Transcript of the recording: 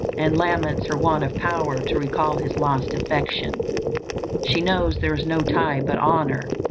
and laments her want of power to recall his lost affection she knows there is no tie but honour,